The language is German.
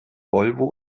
volvo